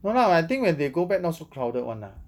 no lah I think when they go back not so crowded [one] lah